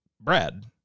Brad